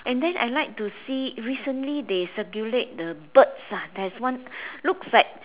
and then I like to see recently they circulate the birds ah there's one looks like